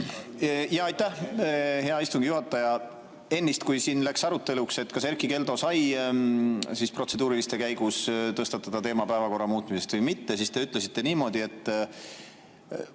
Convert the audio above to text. Aitäh, hea istungi juhataja! Ennist, kui siin läks aruteluks, kas Erkki Keldo sai protseduurilise käigus tõstatada teema päevakorra muutmisest või mitte, siis te ütlesite niimoodi, et